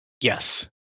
Yes